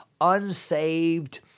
unsaved